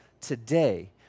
today